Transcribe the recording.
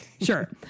Sure